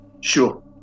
Sure